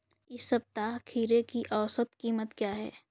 इस सप्ताह खीरे की औसत कीमत क्या है?